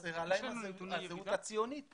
חסרה להם הזהות הציונית פה.